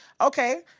Okay